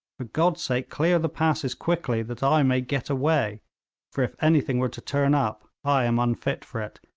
for god's sake clear the passes quickly, that i may get away for if anything were to turn up, i am unfit for it,